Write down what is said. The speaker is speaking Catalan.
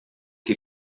qui